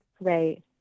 Right